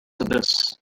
abyss